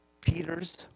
Peter's